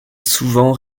souvent